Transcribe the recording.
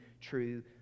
true